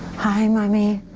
hi, mommy.